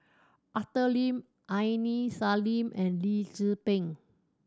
Arthur Lim Aini Salim and Lee Tzu Pheng